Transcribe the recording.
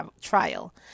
trial